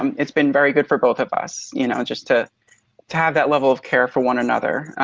um it's been very good for both of us, you know just to to have that level of care for one another.